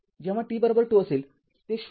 जेव्हा t ζ असेल ते ०